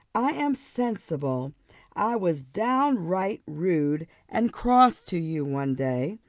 i am sensible i was downright rude and cross to you one day,